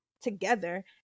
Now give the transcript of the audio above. together